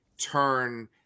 turn